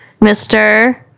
Mr